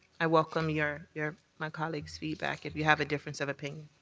i welcome your your my colleagues' feedback if you have a difference of opinion.